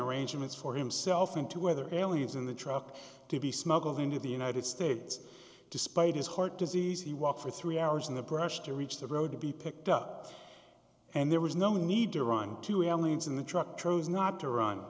arrangements for himself and to whether aliens in the truck to be smuggled into the united states despite his heart disease he walked for three hours in the brush to reach the road to be picked up and there was no need to run to him leans in the truck chose not to run